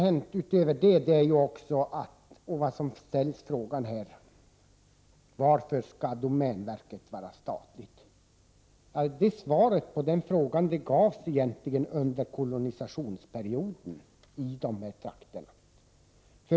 Frågan ställs: Varför skall domänverket vara statligt? Svaret på den frågan gavs egentligen under kolonisationsperioden.